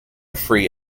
free